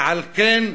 ועל כן,